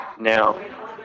Now